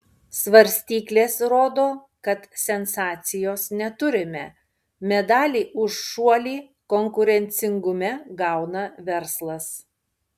svarstyklės rodo kad sensacijos neturime medalį už šuolį konkurencingume gauna verslas